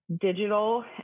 digital